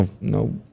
no